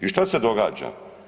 I šta se događa?